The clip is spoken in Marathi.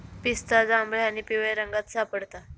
पिस्ता जांभळ्या आणि पिवळ्या रंगात सापडता